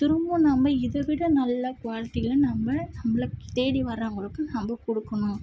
திரும்ப நம்ம இதை விட நல்லா குவாலிட்டியில் நம்ம நம்மள தேடி வர்றவர்ங்களுக்கு நம்ம கொடுக்கணும்